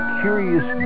curious